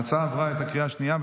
ההצעה עברה בקריאה השנייה.